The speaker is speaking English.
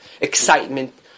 excitement